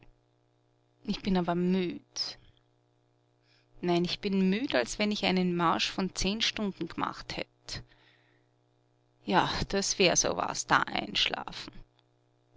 ich bin aber müd nein ich bin müd als wenn ich einen marsch von zehn stunden gemacht hätt ja das wär sowas da einschlafen